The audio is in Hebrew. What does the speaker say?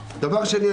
דבר שני,